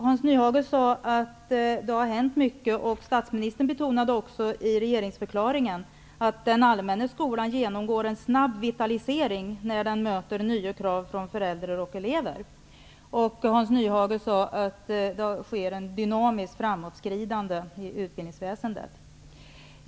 Hans Nyhage sade att det har hänt mycket, och statsministern betonade också i regeringsförklaringen att den allmänna skolan genomgår en snabb vitalisering när de möter nya krav från föräldrar och elever. Hans Nyhage sade själv att det sker ett dynamiskt framåtskridande i utbildningsväsendet.